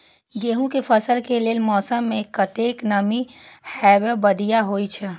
गेंहू के फसल के लेल मौसम में कतेक नमी हैब बढ़िया होए छै?